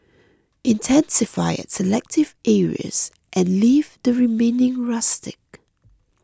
intensify at selective areas and leave the remaining rustic